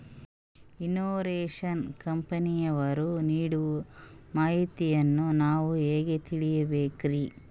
Insurance ಕಂಪನಿಯವರು ನೀಡೋ ಮಾಹಿತಿಯನ್ನು ನಾವು ಹೆಂಗಾ ತಿಳಿಬೇಕ್ರಿ?